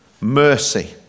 mercy